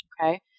okay